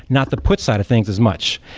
not the put side of things as much.